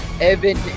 Evan